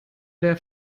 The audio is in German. der